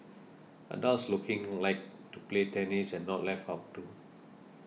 adults looking like to play tennis are not left out too